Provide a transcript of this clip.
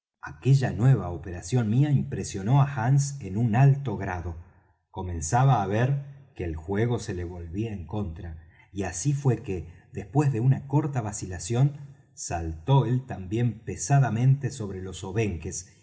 aquella nueva operación mía impresionó á hands en un alto grado comenzaba á ver que el juego se le volvía en contra y así fué que después de una corta vacilación saltó él también pesadamente sobre los